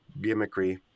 gimmickry